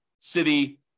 city